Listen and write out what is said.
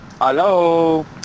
Hello